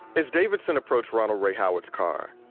as davidson approached ronald ray howard's car,